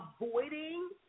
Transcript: avoiding